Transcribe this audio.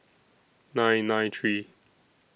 nine nine three